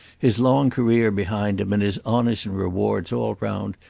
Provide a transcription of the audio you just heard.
his long career behind him and his honours and rewards all round,